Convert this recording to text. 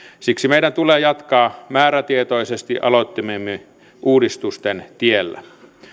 siksi meidän tulee jatkaa määrätietoisesti aloittamiemme uudistusten tiellä